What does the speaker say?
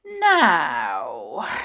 Now